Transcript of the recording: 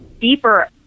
deeper